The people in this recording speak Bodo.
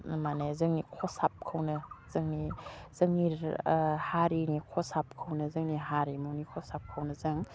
माने जोंनि खसाबखौनो जोंनि जोंनि हारिनि खसाबखौनो जोंनि हारिमुनि खसाबखौनो जों